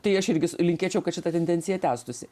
tai aš irgi su linkėčiau kad šita tendencija tęstųsi